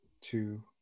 two